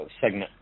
segment